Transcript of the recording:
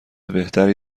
بهتری